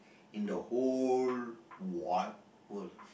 in the whole wide world